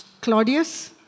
Claudius